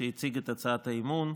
שהציג את הצעת האי-אמון,